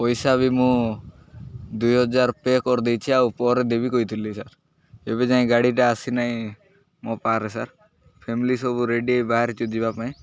ପଇସା ବି ମୁଁ ଦୁଇ ହଜାର ପେ କରିଦେଇଛିି ଆଉ ପରେ ଦେବି କହିଥିଲି ସାର୍ ଏବେ ଯାଏ ଗାଡ଼ିଟା ଆସିନାହିଁ ମୋ ପାାରେ ସାର୍ ଫ୍ୟାମିଲି ସବୁ ରେଡି ବାହାରିଛୁ ଯିବା ପାଇଁ